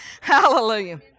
Hallelujah